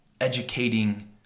educating